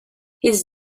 his